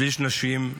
שליש, נשים,